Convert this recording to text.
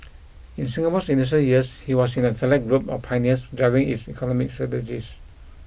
in Singapore's initial years he was in a select group of pioneers driving its economic strategies